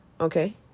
okay